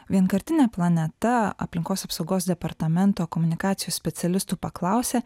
vienkartinė planeta aplinkos apsaugos departamento komunikacijos specialistų paklausė